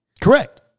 Correct